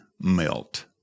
melt